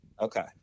Okay